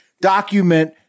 document